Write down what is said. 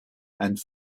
and